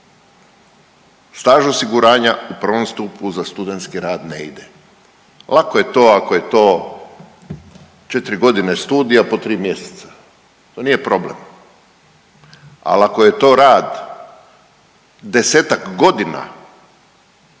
staž osiguranja u prvom stupu za studentski rad ne ide. Lako je to ako je to 4.g. studija po 3 mjeseca, to nije problem, al ako je to rad 10-tak godina,